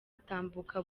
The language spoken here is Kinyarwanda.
atambuka